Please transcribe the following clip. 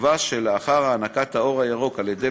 בתקווה שלאחר מתן האור הירוק על-ידי